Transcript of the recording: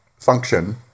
function